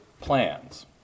plans